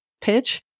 pitch